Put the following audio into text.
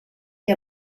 que